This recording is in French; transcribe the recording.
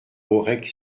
aurec